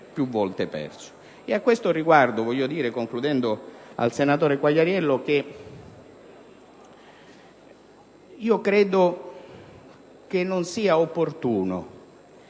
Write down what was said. vorrei dire, concludendo, al senatore Quagliariello, io credo che non sia opportuno